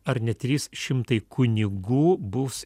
ar ne trys šimtai kunigų bus